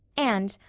and,